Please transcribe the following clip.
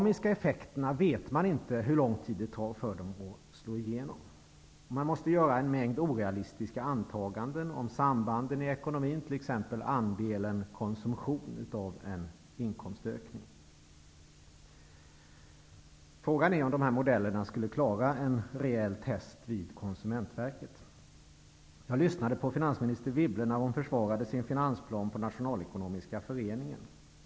Man vet inte hur lång tid det tar för de dynamiska effekterna att slå igenom. Man måste göra en mängd orealistiska antaganden om sambanden i ekonomin, t.ex. andelen konsumtion av en inkomstökning. Frågan är om de här modellerna skulle klara en rejäl test vid Jag lyssnade på finansminister Wibble när hon försvarade sin finansplan på Nationalekonomiska föreningen.